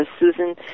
Susan